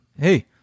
hey